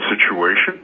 situation